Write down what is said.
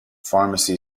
pharmacy